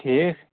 ٹھیٖک